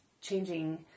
changing